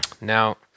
now